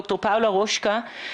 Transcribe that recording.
ד"ר פאולה רושקה,